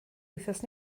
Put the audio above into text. wythnos